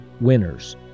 winners